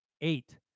eight